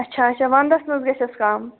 اَچھا اَچھا وۅنٛدَس منٛز گَژھیٚس کَم